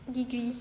degree